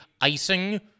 icing